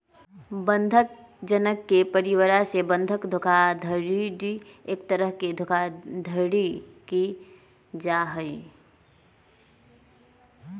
बंधक जन के परिवरवा से बंधक धोखाधडी एक तरह के धोखाधडी के जाहई